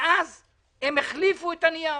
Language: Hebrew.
אז הן החליפו את הנייר